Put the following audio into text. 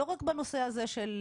לא רק בנושא הזה של